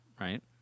right